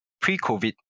pre-COVID